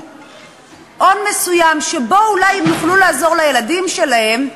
הון מסוים שבו אולי הם יוכלו לעזור לילדים שלהם,